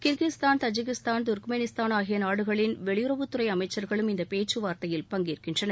Kyrgyzstan Tajikistan Turkmenistan ஆகிய நாடுகளின் வெளியுறவு துறை அமைச்சர்களும் இந்த பேச்சுவார்த்தையில் பங்கேற்கின்றனர்